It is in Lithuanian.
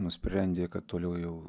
nusprendė kad toliau jau